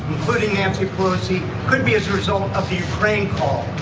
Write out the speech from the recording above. including nancy pelosi couldn't be as a result of the ukraine call.